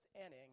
inning